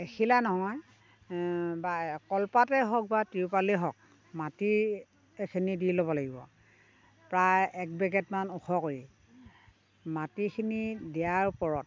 এখিলা নহয় বা কলপাতে হওক বা তিৰপালে হওক মাটি এখিনি দি ল'ব লাগিব প্ৰায় এক বেগেতমান ওখ কৰি মাটিখিনি দিয়াৰ ওপৰত